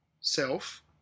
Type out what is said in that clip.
self